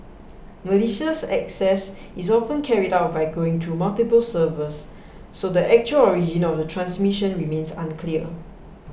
malicious access is often carried out by going through multiple servers so the actual origin of the transmission remains unclear